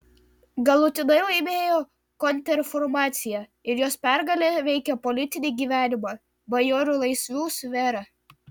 galutinai laimėjo kontrreformacija ir jos pergalė veikė politinį gyvenimą bajorų laisvių sferą